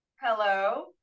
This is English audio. Hello